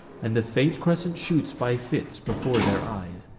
and the faint crescent shoots by fits before their eyes.